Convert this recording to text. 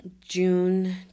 June